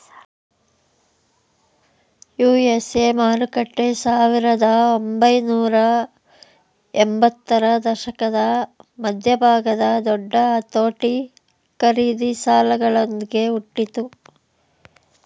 USA ಮಾರುಕಟ್ಟೆ ಸಾವಿರದ ಒಂಬೈನೂರ ಎಂಬತ್ತರ ದಶಕದ ಮಧ್ಯಭಾಗದ ದೊಡ್ಡ ಅತೋಟಿ ಖರೀದಿ ಸಾಲಗಳೊಂದ್ಗೆ ಹುಟ್ಟಿತು